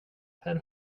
här